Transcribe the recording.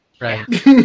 Right